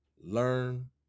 Learn